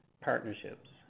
partnerships